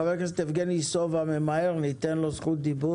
חבר הכנסת יבגני סובה ממהר, ניתן לו זכות דיבור.